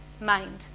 mind